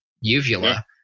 uvula